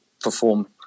perform